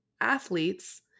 athletes